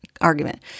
argument